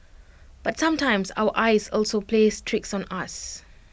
but sometimes our eyes also plays tricks on us